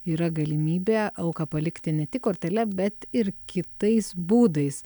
yra galimybė auką palikti ne tik kortele bet ir kitais būdais